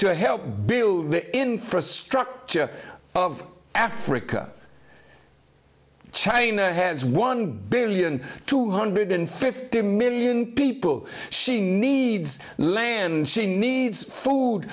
to help build the infrastructure of africa china has one billion two hundred fifty million people she needs land she needs food